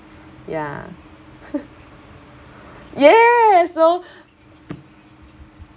ya yes so